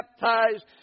baptized